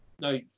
No